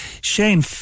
Shane